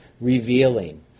revealing